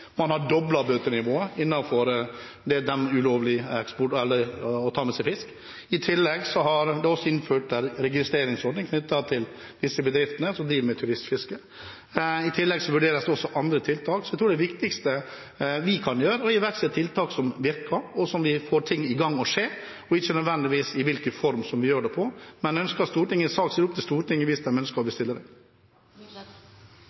Man har doblet bøtenivået for å ta med seg fisk ulovlig. I tillegg er det innført en registreringsordning knyttet til de bedriftene som driver med turistfiske. Det vurderes også andre tiltak. Jeg tror det viktigste vi kan gjøre, er å iverksette tiltak som virker, så vi får ting til å skje, ikke nødvendigvis hvilken form vi bruker. Men ønsker Stortinget en sak, er det opp til Stortinget hvis de ønsker å